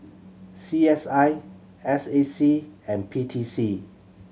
C S I S A C and P T C